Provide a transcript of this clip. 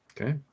Okay